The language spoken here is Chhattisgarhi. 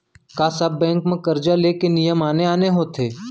का सब बैंक म करजा ले के नियम आने आने होथे?